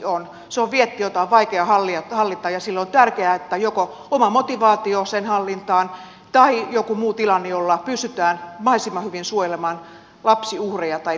se on vietti jota on vaikea hallita ja silloin on tärkeää että on joko oma motivaatio sen hallintaan tai jokin muu tilanne jolla pystytään mahdollisimman hyvin suojelemaan lapsiuhreja ettei niitä enempää tulisi